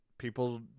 People